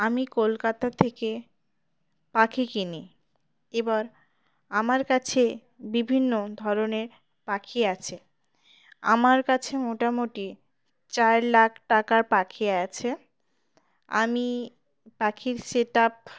আমি কলকাতা থেকে পাখি কিনি এবার আমার কাছে বিভিন্ন ধরনের পাখি আছে আমার কাছে মোটামুটি চার লাখ টাকার পাখি আছে আমি পাখির সেট আপ